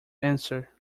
answer